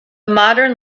modern